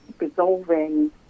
resolving